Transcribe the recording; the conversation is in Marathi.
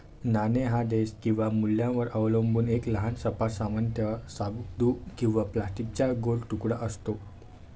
नाणे हा देश किंवा मूल्यावर अवलंबून एक लहान सपाट, सामान्यतः धातू किंवा प्लास्टिकचा गोल तुकडा असतो